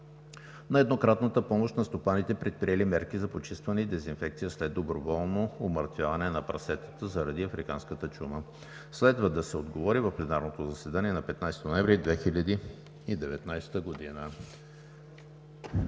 на еднократната помощ на стопаните, предприели мерки за почистване и дезинфекция след доброволно умъртвяване на прасетата заради африканската чума. Следва да се отговори в пленарното заседание на 15 ноември 2019 г.